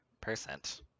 percent